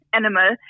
animal